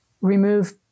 remove